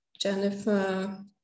Jennifer